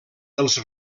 els